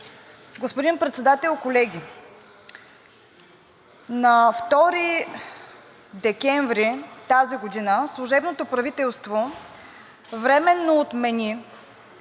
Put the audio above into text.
Господин Председател, колеги! На 2 декември 2022 г. служебното правителство временно отмени